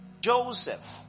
Joseph